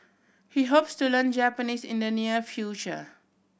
he hopes to learn Japanese in the near future